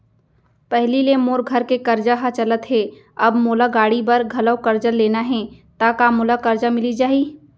पहिली ले मोर घर के करजा ह चलत हे, अब मोला गाड़ी बर घलव करजा लेना हे ता का मोला करजा मिलिस जाही?